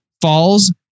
falls